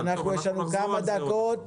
יש לנו עוד כמה דקות,